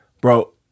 bro